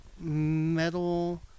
metal